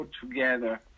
together